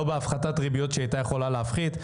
לא בהפחתת ריביות שהיא הייתה יכולה להפחית.